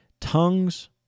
Tongues